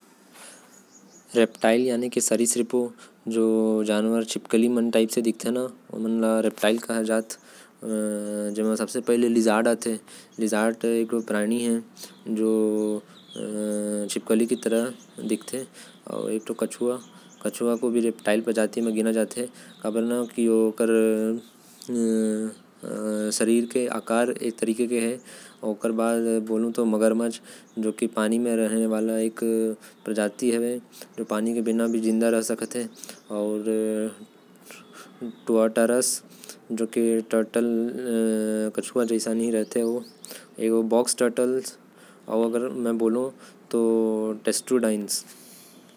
मैं जोन रेप्टाइल मन ला जानथो ओ हवे। लिजर्ड कछुआ अउ मगरमछ आथे। रेप्टाइल मने की सरीसृप। सरीसृप ओ जानवर मन ल बोलथे। जो छिपकली जैसा दिखथे।